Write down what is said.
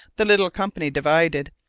the little company divided,